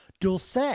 Dulce